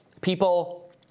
people